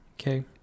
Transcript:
Okay